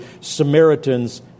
Samaritans